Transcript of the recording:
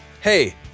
Hey